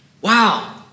Wow